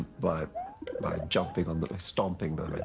by by jumping on them, stomping but